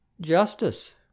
Justice